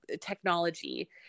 technology